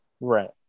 right